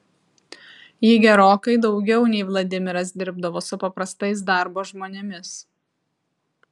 ji gerokai daugiau nei vladimiras dirbdavo su paprastais darbo žmonėmis